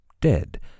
dead